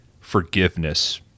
forgiveness